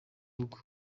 rugo